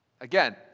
Again